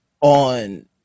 on